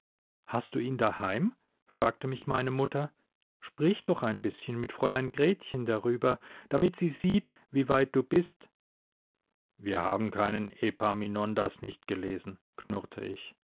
hast du ihn daheim fragte mich meine mutter sprich doch ein bißchen mit fräulein gretchen darüber damit sie sieht wie weit du bist wir haben keinen epaminondas nicht gelesen knurrte ich